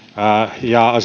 ja